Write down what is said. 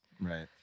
Right